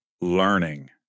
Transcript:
learning